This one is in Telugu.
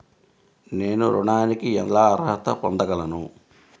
నేను ఋణానికి ఎలా అర్హత పొందగలను?